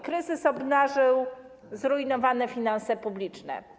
Kryzys obnażył zrujnowane finanse publiczne.